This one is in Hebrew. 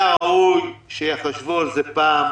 היה ראוי שיחשבו על זה פעם